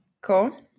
Cool